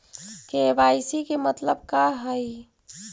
KYC के मतलब का हई?